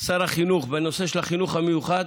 שר החינוך בנושא של החינוך המיוחד